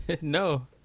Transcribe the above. No